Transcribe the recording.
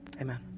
Amen